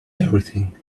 everything